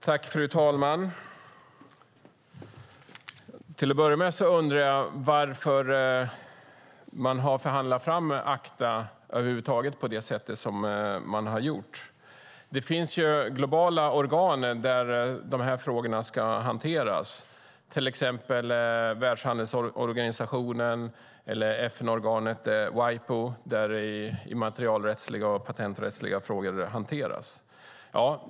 Herr talman! Till att börja med undrar jag varför man över huvud taget har förhandlat fram ACTA på det sätt som man har gjort. Det finns ju globala organ där dessa frågor ska hanteras, till exempel Världshandelsorganisationen eller FN-organet Wipo, där immaterialrättsliga och patenträttsliga frågor hanteras.